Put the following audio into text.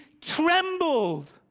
trembled